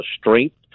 strength